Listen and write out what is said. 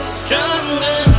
stronger